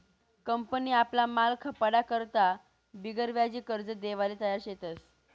company आपला माल खपाडा करता बिगरव्याजी कर्ज देवाले तयार शेतस